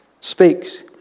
speaks